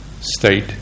state